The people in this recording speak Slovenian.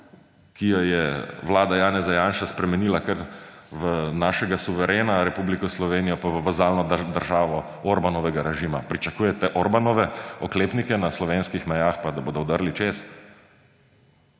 ki jo je vlada Janeza Janše spremenila kar v našega suverena, Republiko Slovenijo pa v vazalno državo Orbanovega režima? Pričakujete Orbanove oklepnike na slovenskih mejah pa da bodo vdrli čez?